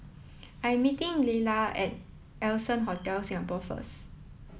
I'm meeting Laylah at Allson Hotel Singapore first